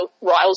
riles